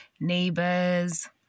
neighbors